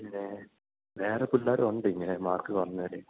പിന്നേ വേറെ പിള്ളാരുണ്ട് ഇങ്ങനെ മാർക്ക് കുറഞ്ഞവര്